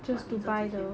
but 你这几天